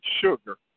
sugar